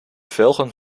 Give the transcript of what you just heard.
velgen